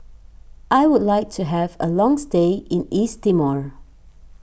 I would like to have a long stay in East Timor